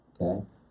Okay